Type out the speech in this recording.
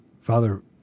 Father